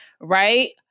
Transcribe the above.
right